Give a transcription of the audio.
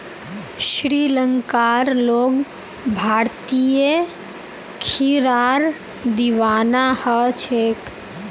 श्रीलंकार लोग भारतीय खीरार दीवाना ह छेक